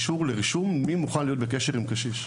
רישום של מי מוכן להיות בקשר עם קשיש.